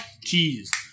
cheese